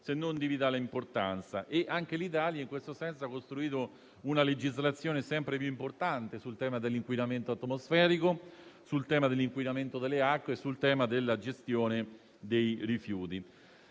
se non di vitale importanza e anche l'Italia in questo senso ha costruito una legislazione sempre più importante sul tema dell'inquinamento atmosferico, sul tema dell'inquinamento delle acque e sul tema della gestione dei rifiuti.